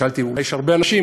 שאלתי: אולי יש הרבה אנשים?